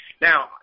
Now